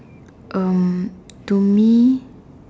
um to me